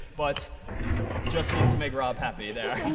but just needed to make rob happy there.